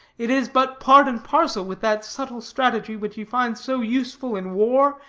it is but part and parcel with that subtle strategy which he finds so useful in war,